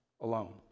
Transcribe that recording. alone